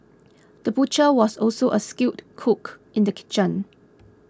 the butcher was also a skilled cook in the kitchen